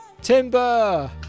Timber